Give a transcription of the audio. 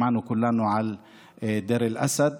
שמענו כולנו על דיר אל-אסאד,